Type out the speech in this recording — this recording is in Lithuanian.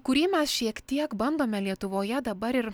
kurį mes šiek tiek bandome lietuvoje dabar ir